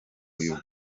uyu